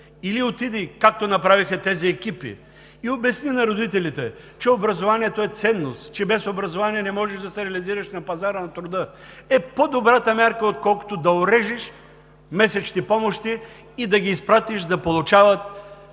или отиде, както направиха тези екипи, и обясни на родителите, че образованието е ценност, че без образование не можеш да се реализираш на пазара на труда, е по-добрата мярка, отколкото да орежеш месечните помощи и да ги изпратиш да получават